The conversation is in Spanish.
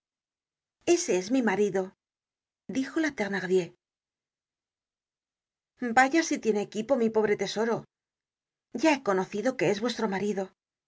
ese es mi marido dijo la thenardier vaya si tiene equipo mi pobre tesoro ya he conocido que es vuestro marido